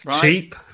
Cheap